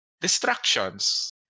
distractions